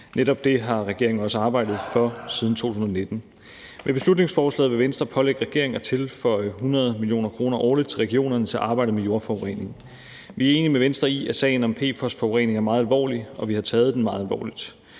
Netop det har regeringen også arbejdet for siden 2019. Med beslutningsforslaget vil Venstre pålægge regeringen at tilføre 100 mio. kr. årligt til regionerne til arbejdet med jordforureningerne. Vi er enige med Venstre i, at sagen om PFOS-forurening er meget alvorlig, og vi har taget den meget alvorligt.